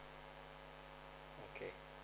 okay